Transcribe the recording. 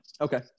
Okay